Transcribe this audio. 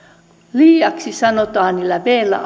liiaksi sanotaan niitä vllä